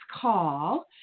call